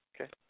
Okay